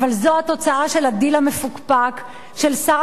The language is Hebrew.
אבל זאת התוצאה של הדיל המפוקפק של שר